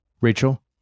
Rachel